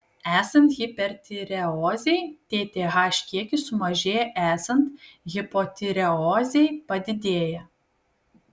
esant hipertireozei tth kiekis sumažėja esant hipotireozei padidėja